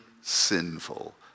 sinful